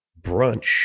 brunch